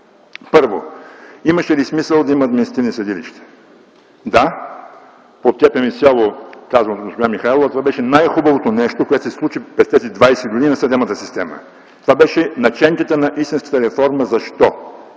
Първо, имаше ли смисъл да има административни съдилища? Да, подкрепям изцяло казаното от госпожа Михайлова: това беше най-хубавото нещо, което се случи през тези двадесет години на съдебната система. Това бяха наченките на истинската реформа. Защо?